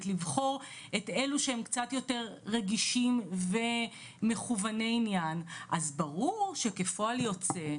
לבחור את אלו שהם קצת יותר רגישים ומכווני עניין" אז ברור שכפועל יוצא,